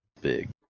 Big